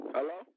Hello